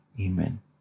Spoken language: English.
Amen